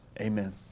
Amen